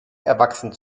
erwachsen